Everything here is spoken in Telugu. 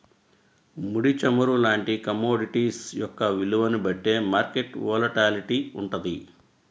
ముడి చమురు లాంటి కమోడిటీస్ యొక్క విలువని బట్టే మార్కెట్ వోలటాలిటీ వుంటది